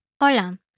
Hola